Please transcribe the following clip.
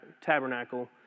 tabernacle